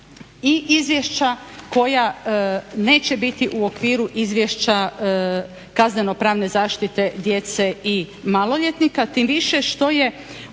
i izvješća koja neće biti u okviru izvješća kaznenopravne zaštite djece i maloljetnika.